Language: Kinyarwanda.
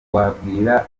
wabwira